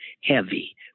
heavy